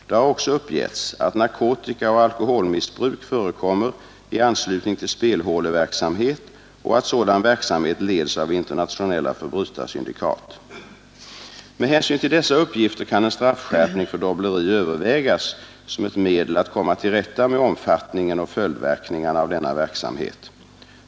Det har också uppgetts att narkotikaoch alkoholmissbruk förekommer i anslutning till spelhålsverksamhet och att sådan verksamhet leds av internationella förbrytarsyndikat. Med hänsyn till dessa uppgifter kan en straffskärpning för dobbleri övervägas som ett medel att komma till rätta med omfattningen och följdverkningarna av denna verksamhet.